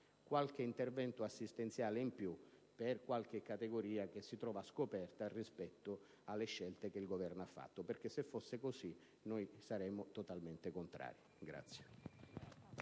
qualche intervento assistenziale in più per qualche categoria che si trova scoperta rispetto alle scelte che il Governo ha fatto, perché, se fosse così, saremmo totalmente contrari.